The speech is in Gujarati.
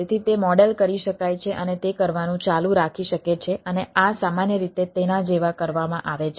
તેથી તે મોડેલ કરી શકાય છે અને તે કરવાનું ચાલુ રાખી શકે છે અને આ સામાન્ય રીતે તેના જેવા કરવામાં આવે છે